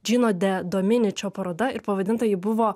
džino de dominičio paroda ir pavadinta ji buvo